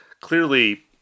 clearly